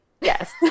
Yes